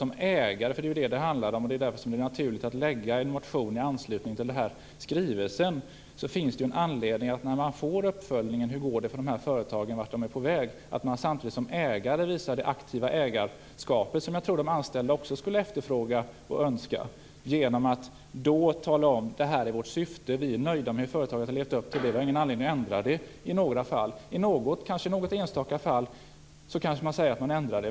Som ägare - det handlar om det, och det är därför helt naturligt att väcka en motion i anslutning till denna skrivelse - finns det anledning att när man får uppföljningen om hur det går för dessa företag och vart de är på väg samtidigt visa det aktiva ägarskapet, som jag tror att de anställda också skulle önska, genom att tala om vad som är syftet och att man är nöjd med företaget, att det har levt upp till det vi har sagt och att det inte finns någon anledning att ändra det. Kanske man i något enstaka fall säger att man ändrar det.